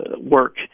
work